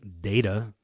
data